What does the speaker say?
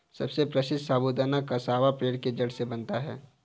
सबसे प्रसिद्ध साबूदाना कसावा पेड़ के जड़ से बनता है